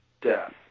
death